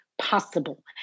possible